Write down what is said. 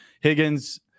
Higgins